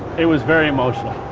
it was very emotional,